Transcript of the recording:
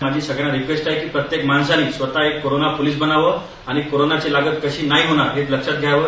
माझी सगळ्यांना एकच विनंती आहे की प्रत्येक माणसाने कोरोना पोलिस बनावं आणि कोरोनाची लागण कशी नाही होणार हे लक्षात घ्यावं